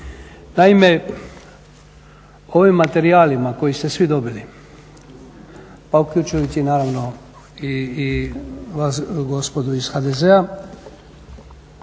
Naime, ovim materijalima koje ste svi dobili pa uključujući naravno i vas gospodu iz HDZ-a